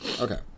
Okay